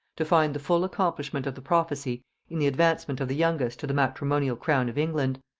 to find the full accomplishment of the prophecy in the advancement of the youngest to the matrimonial crown of england.